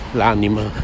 l'anima